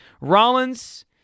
Rollins